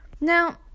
Now